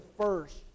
first